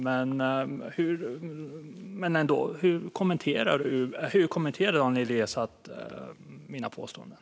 Men ändå: Hur kommenterar Daniel Riazat mina påståenden?